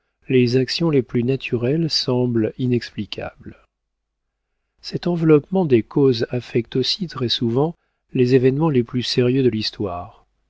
les actions les plus naturelles semblent inexplicables cet enveloppement des causes affecte aussi très souvent les événements les plus sérieux de l'histoire